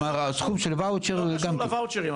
כלומר הסכום של ואוצ'ר --- לא קשור לוואוצ'רים.